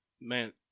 Man